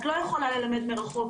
את לא יכולה ללמד מרחוק,